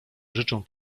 życzę